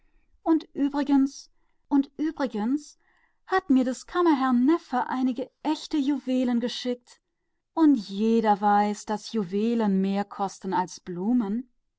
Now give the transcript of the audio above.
und dann hat mir auch der neffe des kammerherrn echte juwelen geschickt und das weiß doch jeder daß juwelen mehr wert sind als blumen